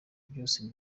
byose